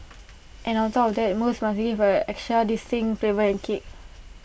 and on top of that both must get an extra distinct flavour and kick